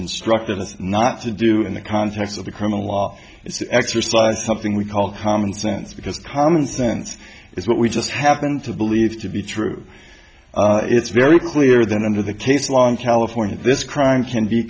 instructed us not to do in the context of the criminal law is the exercise something we call common sense because common sense is what we just happen to believe to be true it's very clear that under the case long california this crime can be